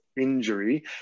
injury